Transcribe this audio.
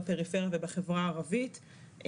בפריפריה ובחברה הערבית.